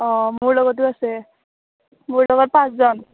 অঁ মোৰ লগতো আছে মোৰ লগত পাঁচজন